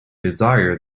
desire